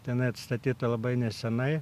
jinai atstatyta labai neseniai